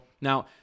Now